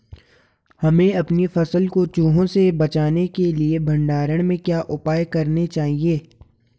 हमें अपनी फसल को चूहों से बचाने के लिए भंडारण में क्या उपाय करने चाहिए?